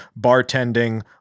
bartending